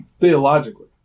Theologically